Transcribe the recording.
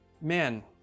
Man